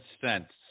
cents